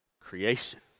creation